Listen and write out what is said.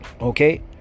okay